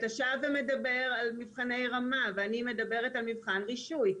אתה שב ומדבר על מבחני רמה ואני מדברת על מבחן רישוי.